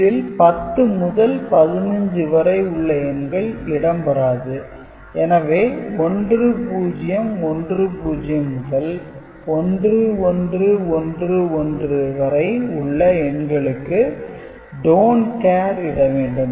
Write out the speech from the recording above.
இதில் 10 முதல் 15 வரை உள்ள எண்கள் இடம் பெறாது எனவே 1 0 1 0 முதல் 1 1 1 1 வரை உள்ள எண்களுக்கு "don't care" இட வேண்டும்